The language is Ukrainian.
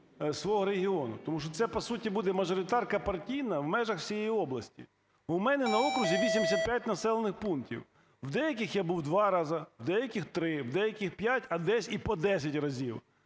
свого регіону, тому що це, по суті, буде мажоритарка партійна в межах всієї області. В мене на окрузі 85 населених пунктів. В деяких я був два рази, в деяких три, в деяких п'ять, а десь і по 10 разів.